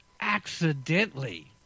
accidentally